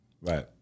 Right